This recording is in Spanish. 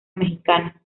mexicana